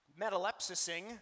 metalepsising